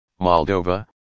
Moldova